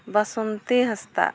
Basanti Hansda